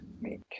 make